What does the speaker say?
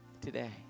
today